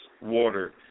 water